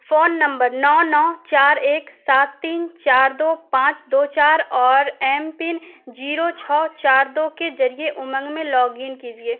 phone number نو نو چار ایک سات تین چار دو پانچ دو چار اور ایم پن زیرو چھاؤ چار دو کے ذریعے امنگ میں لاگ ان کیجیے